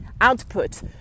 output